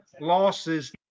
losses